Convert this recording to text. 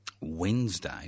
Wednesday